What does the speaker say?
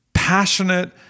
passionate